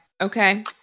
okay